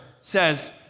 says